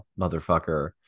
motherfucker